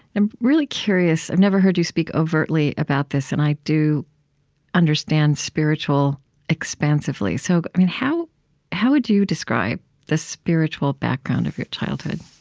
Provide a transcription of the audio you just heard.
i'm really curious i've never heard you speak overtly about this, and i do understand spiritual expansively, so i mean how how would you describe the spiritual background of your childhood?